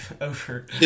over